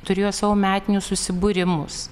turėjo savo metinius susibūrimus